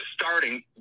starting